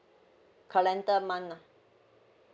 calendar month lah